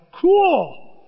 cool